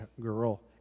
girl